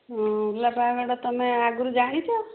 ହଁ ଓଲା ପାହାଡ଼ଟା ତୁମେ ଆଗରୁ ଜାଣିଛ